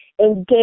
engage